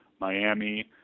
Miami